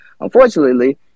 Unfortunately